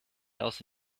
else